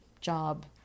job